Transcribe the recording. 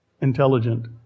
intelligent